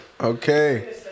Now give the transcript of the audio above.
okay